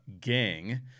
gang